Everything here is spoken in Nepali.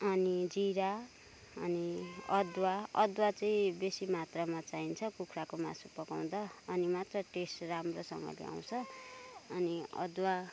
अनि जिरा अनि अदुवा अदुवा चाहि बेसी मात्रामा चाहिन्छ कुखुराको मासु पकाउँदा अनि मात्र टेस्ट राम्रोसँग आउँछ अनि अदुवा